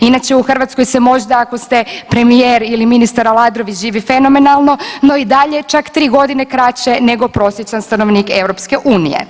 Inače u Hrvatskoj se možda ako ste premijer ili ministar Aladrović živi fenomenalno, no i dalje čak tri godine kraće nego prosječan stanovnik EU.